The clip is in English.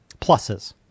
pluses